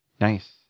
Nice